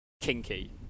kinky